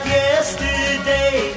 yesterday